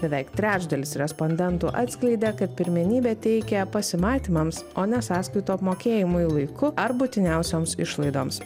beveik trečdalis respondentų atskleidė kad pirmenybę teikia pasimatymams o ne sąskaitų apmokėjimui laiku ar būtiniausioms išlaidoms